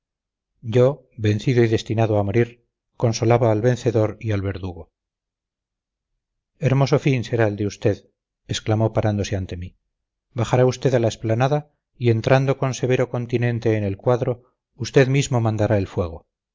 yo vencido y destinado a morir consolaba al vencedor y al verdugo hermoso fin será el de usted exclamó parándose ante mí bajará usted a la explanada y entrando con severo continente en el cuadro usted mismo mandará el fuego